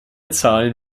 zahlen